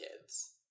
kids